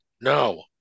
no